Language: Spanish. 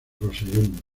rosellón